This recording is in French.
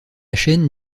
chaîne